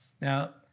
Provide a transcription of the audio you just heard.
Now